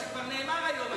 נתרגל לאט לאט.